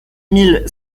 mille